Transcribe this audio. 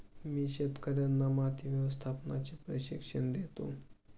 मी शेतकर्यांना माती व्यवस्थापनाचे प्रशिक्षण देतो